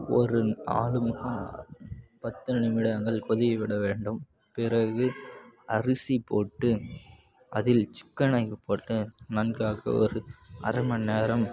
ஒரு ஆறு பத்து நிமிடங்கள் கொதிய விட வேண்டும் பிறகு அரிசி போட்டு அதில் சிக்கனையும் போட்டு நன்றாக ஒரு அரைமணி நேரம்